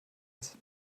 ist